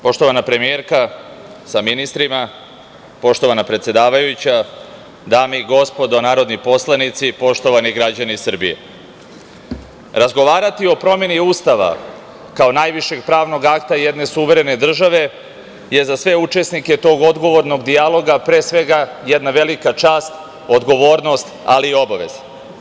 Poštovana premijerka sa ministrima, poštovana predsedavajuća, dame i gospodo narodni poslanici, poštovani građani Srbije, razgovarati o promeni Ustava kao najvišeg pravnog akta jedne suverene države je za sve učesnike tog odgovornog dijaloga pre svega jedna velika čast, odgovornosti, ali i obaveza.